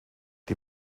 die